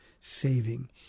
saving